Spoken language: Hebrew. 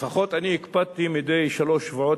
לפחות אני הקפדתי מדי שלושה שבועות,